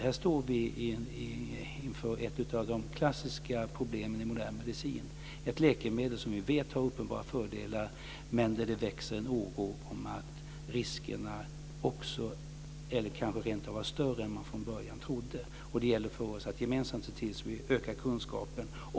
Här står vi inför ett av de klassiska problemen i modern medicin: ett läkemedel som vi vet har uppenbara fördelar men där det växer en oro för att riskerna kanske är större än man från början trodde. Det gäller för oss att gemensamt se till att vi ökar kunskapen.